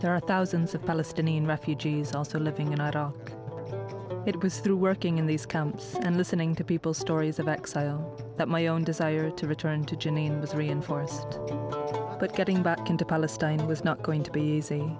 there are thousands of palestinian refugees also living in iraq it was through working in these camps and listening to people's stories about exile that my own desire to return to janine was reinforced but getting back into palestine was not going to be easy